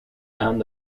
aan